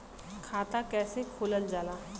खाता कैसे खोलल जाला?